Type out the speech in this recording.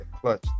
clutch